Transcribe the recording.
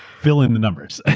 aeuroefill in the numbers.